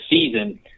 season